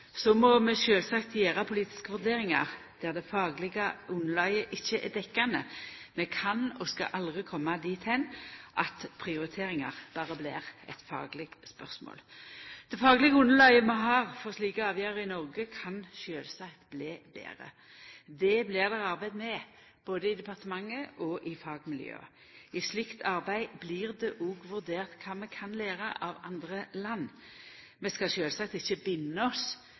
Så må vi sjølvsagt gjera politiske vurderingar der det faglege underlaget ikkje er dekkjande. Vi kan og skal aldri koma dit at prioriteringar berre blir eit fagleg spørsmål. Det faglege underlaget vi har for slike avgjerder i Noreg, kan sjølvsagt bli betre. Det blir det arbeidd med både i departementet og i fagmiljøa. I slikt arbeid blir det òg vurdert kva vi kan læra av andre land. Vi skal sjølvsagt ikkje binda oss